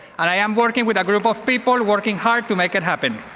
and i am working with a group of people working hard to make it happen.